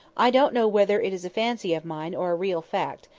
i don't know whether it is a fancy of mine, or a real fact,